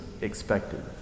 expected